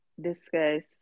discuss